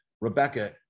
Rebecca